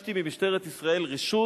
ביקשתי ממשטרת ישראל רשות